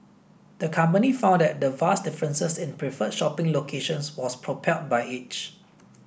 the company found that the vast differences in preferred shopping locations was propelled by age